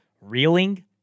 Reeling